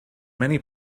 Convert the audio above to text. many